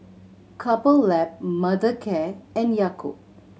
Couple Lab Mothercare and Yakult